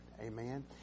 Amen